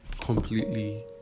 completely